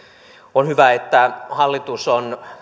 on hyvä että hallitus on